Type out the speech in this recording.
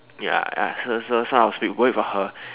ya ya so so so I was a bit worried for her